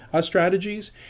Strategies